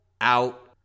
out